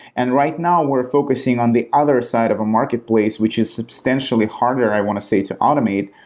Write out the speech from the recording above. and right now we're focusing on the other side of a marketplace which is substantially harder, i want to say, to automate,